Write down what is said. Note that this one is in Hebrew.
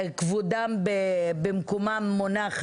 וכבודם במקומם מונח,